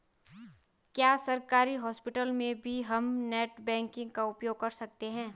क्या सरकारी हॉस्पिटल में भी हम नेट बैंकिंग का प्रयोग कर सकते हैं?